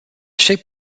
shape